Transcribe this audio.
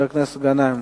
חבר הכנסת גנאים,